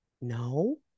no